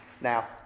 Now